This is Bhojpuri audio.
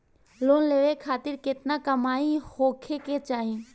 लोन लेवे खातिर केतना कमाई होखे के चाही?